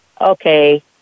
Okay